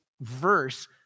verse